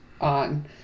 on